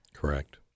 Correct